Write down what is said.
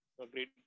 Agreed